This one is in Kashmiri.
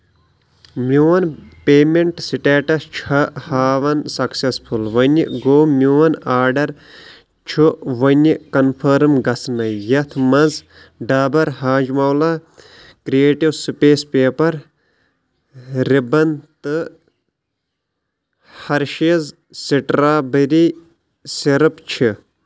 میون پیمیٚنٹ سٹیٹس چھےٚ ہاوان سیکسیسفُل وۄنۍ گوٚو میون آرڈر چھُ وُنہِ کنفٔرم گژھنَے یتھ مَنٛز Dabur Hajmola creative space paper ribbon تہٕ ہرشیٖز سٹرابیٚری سِرپ چھِ